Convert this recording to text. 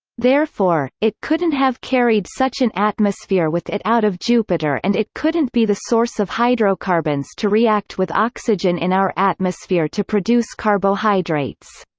therefore, it couldn't have carried such an atmosphere with it out of jupiter and it couldn't be the source of hydrocarbons to react with oxygen in our atmosphere to produce carbohydrates.